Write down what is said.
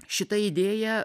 šita idėja